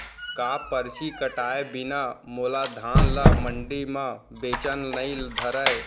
का परची कटाय बिना मोला धान ल मंडी म बेचन नई धरय?